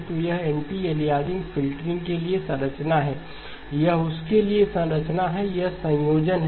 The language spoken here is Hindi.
तो यह एंटी अलियासिंग फ़िल्टरिंग के लिए संरचना है यह उसके लिए संरचना है यह संयोजन है